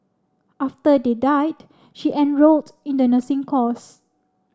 after they died she enrolled in the nursing course